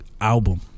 album